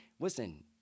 Listen